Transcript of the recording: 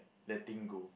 letting go